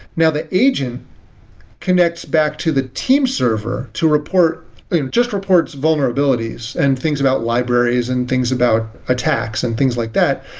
now, the agent connects back to the team server to report it just reports vulnerabilities and things about libraries and things about attacks and things like that,